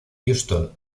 houston